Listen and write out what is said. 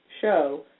show